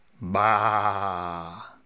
Bah